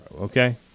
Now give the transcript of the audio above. okay